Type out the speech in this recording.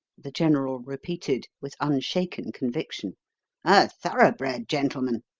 the general repeated, with unshaken conviction a thoroughbred gentleman.